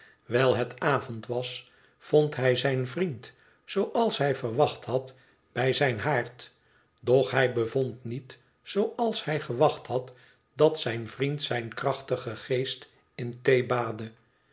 wijl het avond was vond hij zijn vriend zooals hij verwacht had bij zijn haard doch hij bevond niet zooals hij gewacht had dat zijn vriend zijn krachtigen geest in thee